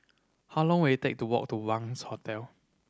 how long will it take to walk to Wangz Hotel